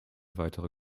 weitere